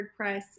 WordPress